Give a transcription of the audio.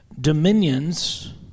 dominions